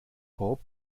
pob